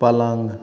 पलंग